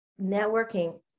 networking